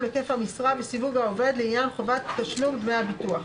היקף המשרה וסיווג העובד לעניין חובת תשלום דמי הביטוח.